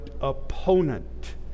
opponent